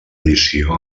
edició